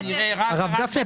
הרב גפני,